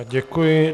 Děkuji.